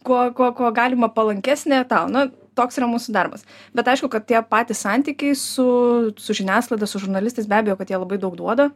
kuo kuo kuo galima palankesnė tau na toks yra mūsų darbas bet aišku kad tie patys santykiai su su žiniasklaida su žurnalistais be abejo kad jie labai daug duoda